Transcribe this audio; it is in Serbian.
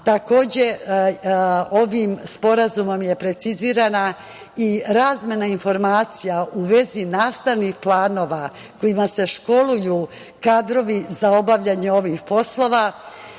ovim sporazumom je precizirana i razmena informacija u vezi nastavnih planova kojima se školuju kadrovi za obavljanje ovih poslova,